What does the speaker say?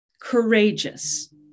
courageous